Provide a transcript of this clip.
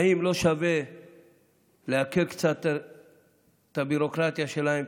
האם לא שווה להקל קצת את הביורוקרטיה שלהם,